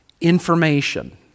information